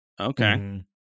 Okay